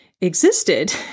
existed